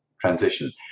transition